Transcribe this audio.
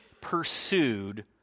pursued